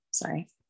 sorry